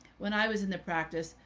when i was in the practice,